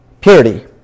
Purity